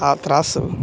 ಆ ತ್ರಾಸು